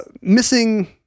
missing